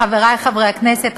חברי חברי הכנסת,